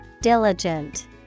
Diligent